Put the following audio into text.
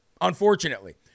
Unfortunately